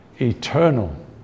eternal